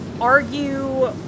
argue